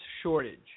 shortage